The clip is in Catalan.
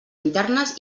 internes